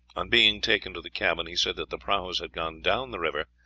on being taken to the cabin, he said that the prahus had gone down the river,